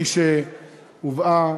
שהובאה